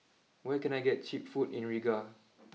where can I get cheap food in Riga